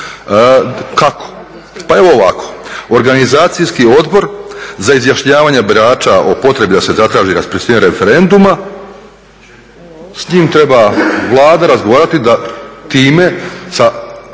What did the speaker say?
Kako? Pa evo ovako. Organizacijski odbor za izjašnjavanje birača o potrebi da se zatraži raspisivanje referenduma, s njim treba Vlada razgovarat da time sa